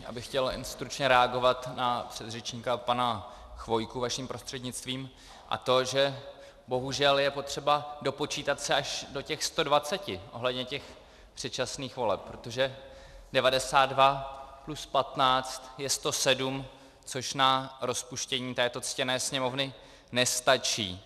Já bych chtěl jen stručně reagovat na předřečníka pana Chvojku vaším prostřednictvím, a to že bohužel je potřeba dopočítat se až do těch 120 ohledně předčasných voleb, protože 92 + 15 je 107, což na rozpuštění této ctěné Sněmovny nestačí.